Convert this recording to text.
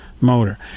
motor